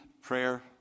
prayer